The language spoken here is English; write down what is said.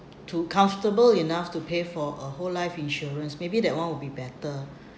to comfortable enough to pay for a whole life insurance maybe that one will be better